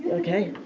okay.